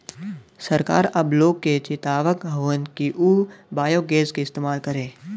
सरकार अब लोग के चेतावत हउवन कि उ बायोगैस क इस्तेमाल करे